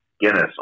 Guinness